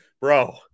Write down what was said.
bro